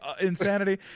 insanity